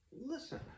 listen